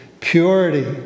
Purity